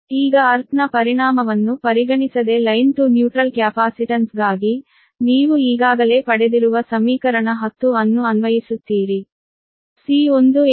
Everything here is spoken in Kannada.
ಈಗ ಅರ್ಥ್ ನ ಪರಿಣಾಮವನ್ನು ಪರಿಗಣಿಸದೆ ಲೈನ್ ಟು ನ್ಯೂಟ್ರಲ್ ಕ್ಯಾಪಾಸಿಟನ್ಸ್ ಗಾಗಿ ನೀವು ಈಗಾಗಲೇ ಪಡೆದಿರುವ ಸಮೀಕರಣ 10 ಅನ್ನು ಅನ್ವಯಿಸುತ್ತೀರಿ